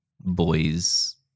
boys